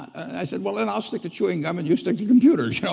i said well then, i'll stick to chewing gum, and you stick to computers, you know?